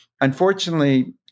unfortunately